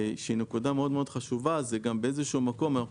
שהיא נקודה חשובה מאוד, באיזשהו מקום אנחנו